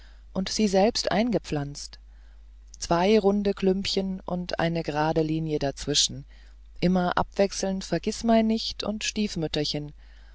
und sie selbst eingepflanzt zwei runde klümbchen und eine gerade linie dazwischen immer abwechselnd vergißmeinnicht und stiefmütterchen